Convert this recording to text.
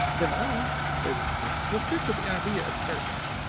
then i, stated smith, will stick to the idea of service.